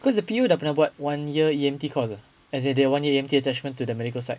cause the P_O dah kena buat one year E_M_T course ah as in their E_M_T attachment to the medical side